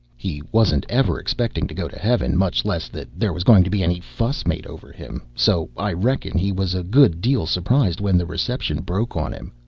he wasn't ever expecting to go to heaven, much less that there was going to be any fuss made over him, so i reckon he was a good deal surprised when the reception broke on him.